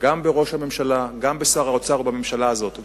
גם בראש הממשלה וגם בשר האוצר ובממשלה הזאת,